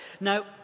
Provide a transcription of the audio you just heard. Now